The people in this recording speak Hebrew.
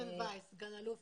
לעניין הסוגיה